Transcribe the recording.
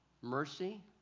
mercy